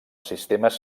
sistemes